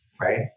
Right